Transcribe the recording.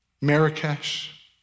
Marrakesh